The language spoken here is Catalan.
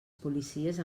policies